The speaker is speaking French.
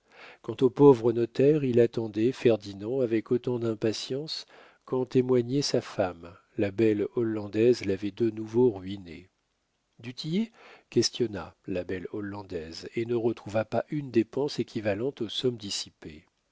quant au pauvre notaire il attendait ferdinand avec autant d'impatience qu'en témoignait sa femme la belle hollandaise l'avait de nouveau ruiné du tillet questionna la belle hollandaise et ne retrouva pas une dépense équivalente aux